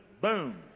Boom